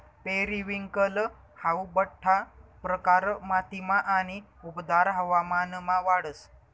periwinkle हाऊ बठ्ठा प्रकार मातीमा आणि उबदार हवामानमा वाढस